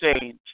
change